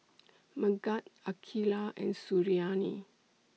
Megat Aqilah and Suriani